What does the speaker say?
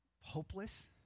hopeless